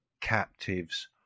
captives